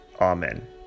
amen